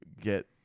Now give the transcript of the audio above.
get